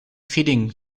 feeding